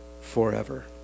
forever